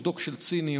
או בדוק של ציניות,